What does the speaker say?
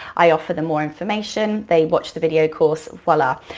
i offer them more information, they watch the video course, voila.